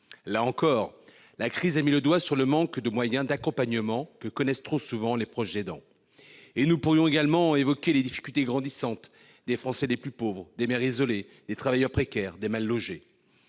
Là encore, la crise a mis le doigt sur le manque de moyens d'accompagnement que connaissent trop souvent les proches aidants. Nous pourrions également évoquer les difficultés grandissantes des Français les plus pauvres, des mères isolées, des travailleurs précaires, des mal-logés